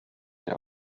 der